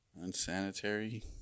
Unsanitary